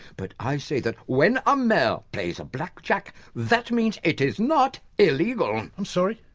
but i say that when a mayor plays blackjack, that means it's not illegal. i'm sorry?